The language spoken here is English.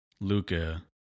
Luca